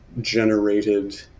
generated